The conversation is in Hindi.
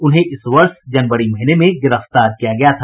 उन्हें इस वर्ष जनवरी महीने में गिरफ्तार किया गया था